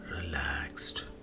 relaxed